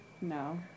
No